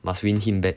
must win him back